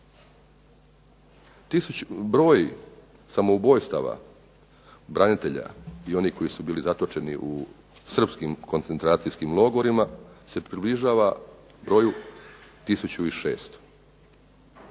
Broj samoubojstava branitelja i onih koji su bili zatočeni u srpskim koncentracijskim logorima se približava broju 1600.